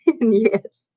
Yes